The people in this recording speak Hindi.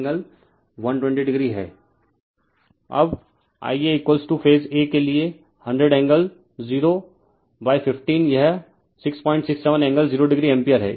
रिफर स्लाइड टाइम 1418 अब Ia फेज a के लिए 100 एंगल 015 यह 667 एंगल 0 o एम्पीयर है